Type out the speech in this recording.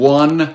one